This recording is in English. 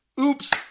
Oops